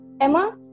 Emma